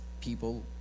people